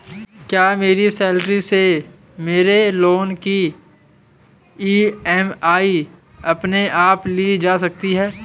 क्या मेरी सैलरी से मेरे लोंन की ई.एम.आई अपने आप ली जा सकती है?